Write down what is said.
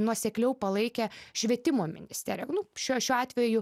nuosekliau palaikė švietimo ministeriją nu šiuo šiuo atveju